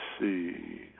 see